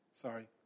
Sorry